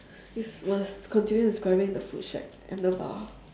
it's worse continue describing the food shack and the bar